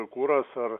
kuras ar